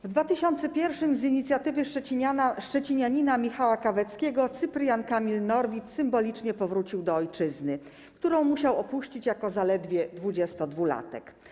W 2001 r. z inicjatywy szczecinianina Michała Kaweckiego Cyprian Kamil Norwid symbolicznie powrócił do ojczyzny, którą musiał opuścić jako zaledwie dwudziestodwulatek.